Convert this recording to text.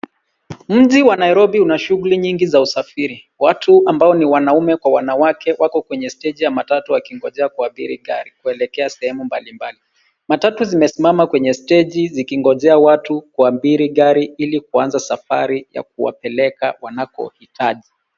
Mji wa Nairobi una shughuli nyingi za usafiri. Watu ambao ni wanaume kwa wanawake wako kwenye steji ya matatu wakingojea kuabiri gari, kuelekea sehemu mbalimbali. Matatu zimesimama kwenye steji, zikingojea watu waabiri gari, ili kuanza safari ya kuwapeleka wanapohitaji.